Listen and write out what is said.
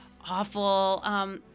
awful